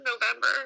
November